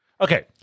Okay